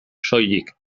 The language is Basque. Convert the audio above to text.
soilik